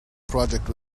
project